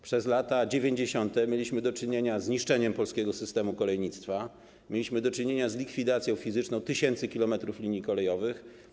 Przez lata 90. mieliśmy do czynienia z niszczeniem polskiego systemu kolejnictwa, mieliśmy do czynienia z likwidacją fizyczną tysięcy kilometrów linii kolejowych.